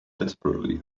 desperately